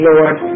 Lord